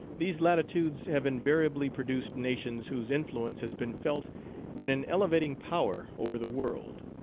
these latitudes have invariably produced na tions whose influence has been felt in an elevating power over the world.